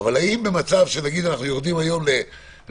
האם במצב שהיום למשל אנחנו יורדים לעשרות,